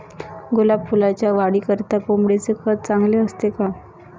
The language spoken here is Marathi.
गुलाब फुलाच्या वाढीकरिता कोंबडीचे खत चांगले असते का?